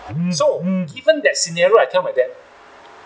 so given that scenario I tell my dad